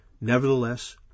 Nevertheless